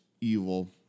evil